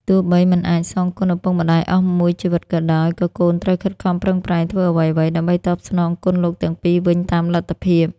ទោះបីមិនអាចសងគុណឪពុកម្ដាយអស់មួយជីវិតក៏ដោយ ក៏កូនត្រូវខិតខំប្រឹងប្រែងធ្វើអ្វីៗដើម្បីតបស្នងគុណលោកទាំងពីរវិញតាមលទ្ធភាព។